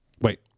Wait